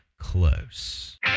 close